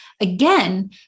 again